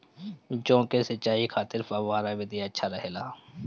जौ के सिंचाई खातिर फव्वारा विधि अच्छा रहेला?